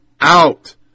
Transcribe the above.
out